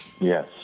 Yes